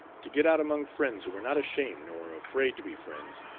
to get out among friends who were not ashamed nor afraid to be friends,